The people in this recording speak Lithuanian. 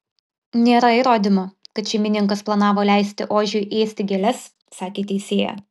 nėra įrodymų kad šeimininkas planavo leisti ožiui ėsti gėles sakė teisėja